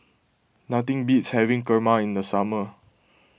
nothing beats having Kurma in the summer